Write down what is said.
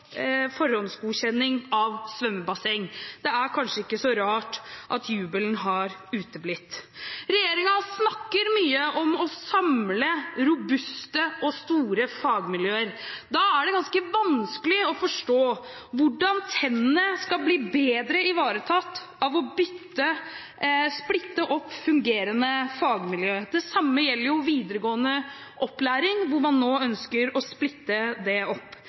forhåndsgodkjenning av svømmebasseng. Det er kanskje ikke så rart at jubelen har uteblitt. Regjeringen snakker mye om å samle robuste og store fagmiljøer. Da er det ganske vanskelig å forstå hvordan tennene skal bli bedre ivaretatt av å splitte opp fungerende fagmiljø. Det samme gjelder videregående opplæring, hvor man nå ønsker å splitte opp.